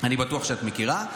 אני בטוח שאת מכירה.